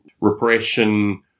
repression